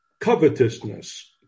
Covetousness